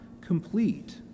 complete